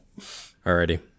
Alrighty